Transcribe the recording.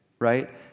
right